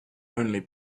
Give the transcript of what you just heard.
only